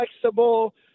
flexible